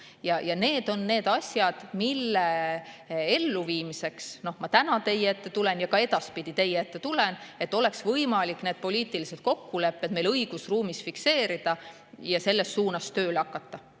osa. Need on need asjad, mille elluviimiseks ma täna teie ette tulin ja ka edaspidi teie ette tulen, et oleks võimalik need poliitilised kokkulepped meie õigusruumis fikseerida ja selles suunas tööle hakata.